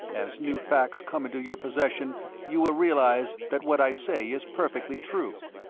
as new facts come into your possession you will realize that what i say is perfectly true,